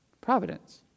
Providence